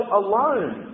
alone